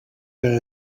que